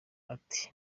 ati